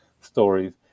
stories